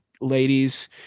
ladies